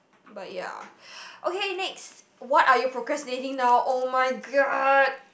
but ya okay next what are you procrastinating now [oh]-my-god